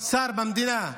שר במדינה,